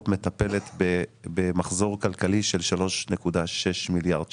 מטפלת במחזור כלכלי של 3.6 מיליארד שקלים.